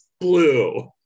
blue